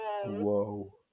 Whoa